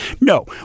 No